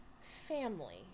family